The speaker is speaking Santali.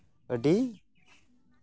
ᱟᱹᱰᱤ